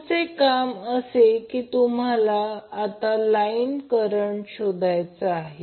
पुढचे काम असे की तुम्हाला आता लाईन करंट शोधायचा आहे